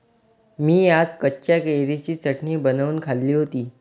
मी आज कच्च्या कैरीची चटणी बनवून खाल्ली होती